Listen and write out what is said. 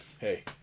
hey